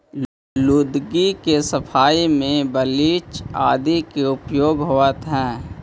लुगदी के सफाई में ब्लीच आदि के प्रयोग होवऽ हई